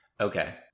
Okay